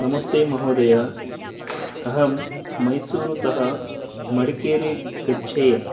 नमस्ते महोदय अहं मैसूरुतः मड्केरी गच्छेयम्